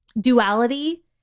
duality